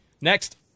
Next